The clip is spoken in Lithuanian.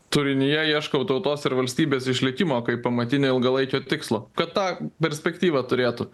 turinyje ieškau tautos ir valstybės išlikimo kaip pamatinio ilgalaikio tikslo kad tą perspektyvą turėtų